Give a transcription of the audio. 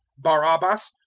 barabbas,